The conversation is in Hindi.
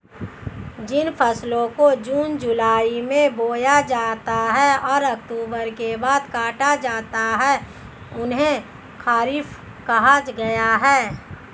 जिन फसलों को जून जुलाई में बोया जाता है और अक्टूबर के बाद काटा जाता है उन्हें खरीफ कहा गया है